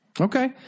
Okay